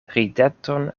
rideton